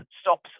stops